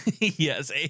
Yes